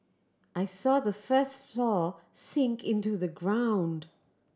I saw the first floor sink into the ground